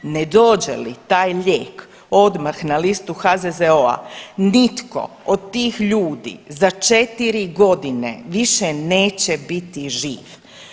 Ne dođe li taj lijek odmah na listu HZZO-a nitko od tih ljudi za četiri godine više neće biti živ.